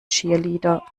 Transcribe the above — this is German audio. cheerleader